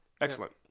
Excellent